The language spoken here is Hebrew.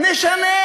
נשנה.